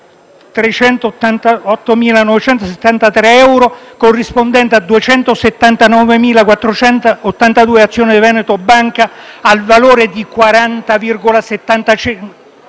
11.388.973 euro, corrispondenti a 279.482 azioni di Veneto Banca al valore di 40,75 euro